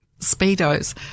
Speedos